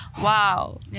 wow